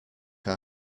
our